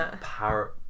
Parrot